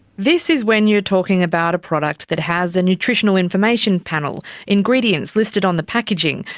this is when you're talking about a product that has a nutritional information panel, ingredients listed on the packaging,